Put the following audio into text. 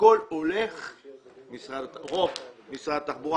הרוב הולך למשרד התחבורה.